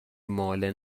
ماله